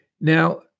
Now